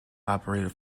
operated